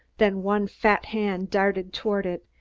then one fat hand darted toward it,